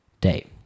day